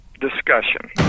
discussion